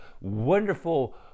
wonderful